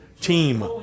team